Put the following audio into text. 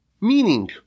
meaning